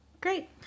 great